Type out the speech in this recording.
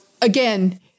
again